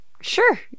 sure